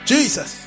Jesus